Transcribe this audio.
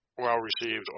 well-received